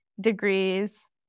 degrees